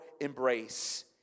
embrace